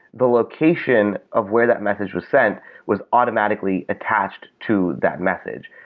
the location of where that message was sent was automatically attached to that method.